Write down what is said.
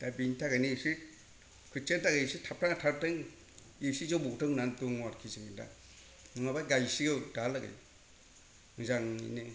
दा बिनि थाखायनो एसे खोथियानि थाखायनो एसे थाबथानानै थादों एसे जौबावथों होननानै दङ आरोखि जोङो दा नङाबा गायसिगौ दाहालागै मोजाङैनो